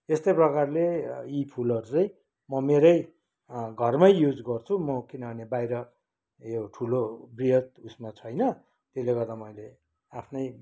यस्तै प्रकारले यी फुलहरू चाहिँ म मेरै घरमै युज गर्छु म किनभने बाहिर यो ठुलो बृहत उसमा छैन त्यसले गर्दा मैले आफ्नै